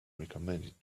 recommended